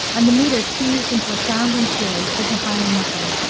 and the meter teased into a sound and fury, signifying nothing.